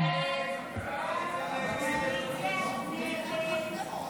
הסתייגות 8 לא נתקבלה.